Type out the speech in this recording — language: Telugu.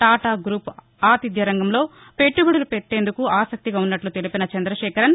టాటా గ్రూపు ఆతిధ్యరంగంలో పెట్లుబడులు ను పెట్టేందుకు ఆసక్తిగా ఉన్నట్టు తెలిపిన చంద్రశేఖరన్